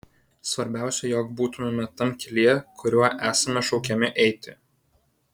svarbiausia jog būtumėme tam kelyje kuriuo esame šaukiami eiti